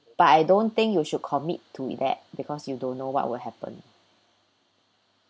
but I don't think you should commit to that because you don't know what will happen